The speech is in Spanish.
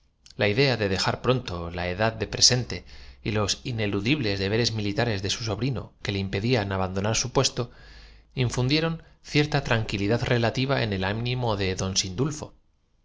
la idea de dejar pronto la edad presente y los ineludibles deberes militares de su sobrino sindulfo se separó bruscamente de pendencia que que le impedían abandonar su puesto infundieron con un cierta tranquilidad relativa en el ánimo de don sindul